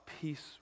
peace